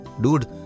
Dude